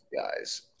guys